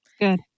Good